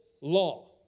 Law